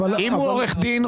הוא עורך דין,